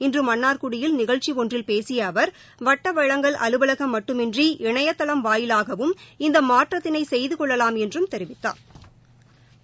இன்று மன்னார்குடியில் நிகழ்ச்சி ஒன்றில் பேசிய அவர் வட்ட வழங்கல் அலுவலகம் மட்டுமின்றி இணையதளம் வாயிலாகவும் இந்த மாற்றத்தினை செய்து கொள்ளலாம் என்றும் தெரிவித்தாா்